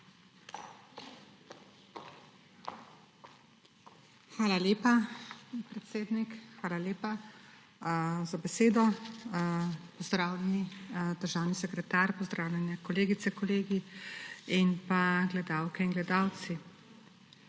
Hvala lepa. Predsednik, hvala lepa za besedo. Pozdravljeni državni sekretar, pozdravljene kolegice, kolegi in pa gledalke in gledalci!